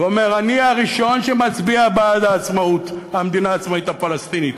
ואומר: אני הראשון שמצביע בעד המדינה העצמאית הפלסטינית.